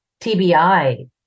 TBI